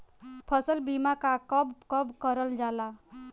फसल बीमा का कब कब करव जाला?